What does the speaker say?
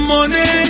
Money